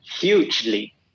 hugely